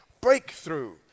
breakthrough